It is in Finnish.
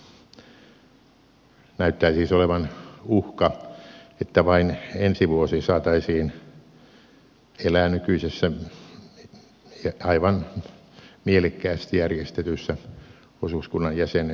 näyttää siis olevan uhka että vain ensi vuosi saataisiin elää nykyisessä aivan mielekkäästi järjestetyssä osuuskunnan jäsenen verotuksessa